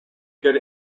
get